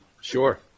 Sure